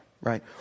right